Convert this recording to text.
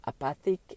apathic